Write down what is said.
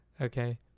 okay